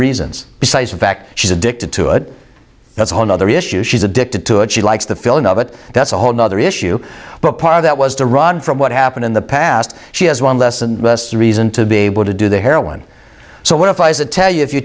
reasons besides the fact she's addicted to it that's a whole nother issue she's addicted to it she likes the feeling of it that's a whole nother issue but part of that was to run from what happened in the past she has one less and less reason to be able to do the heroin so what if i was to tell you if you